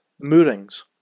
moorings